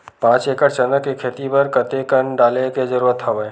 पांच एकड़ चना के खेती बर कते कन डाले के जरूरत हवय?